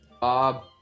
Bob